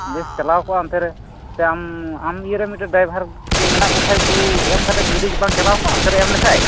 ᱵᱮᱥ ᱪᱟᱞᱟᱣ ᱠᱚᱜᱼᱟ ᱚᱱᱛᱮ ᱨᱮ ᱥᱮ ᱟᱢ ᱤᱭᱟᱹ ᱨᱮ ᱰᱟᱭᱵᱷᱟᱨ ᱠᱩ ᱢᱮᱱᱟᱜ ᱠᱚ ᱠᱷᱟᱡ ᱩᱱᱠᱩ ᱮᱢ ᱠᱟᱛᱮ ᱜᱟᱹᱰᱤ ᱵᱟᱢ ᱪᱟᱞᱟᱣ ᱠᱚᱣᱟ ᱚᱱᱛᱮ ᱨᱮ ᱮᱢ ᱞᱮᱠᱷᱟᱡ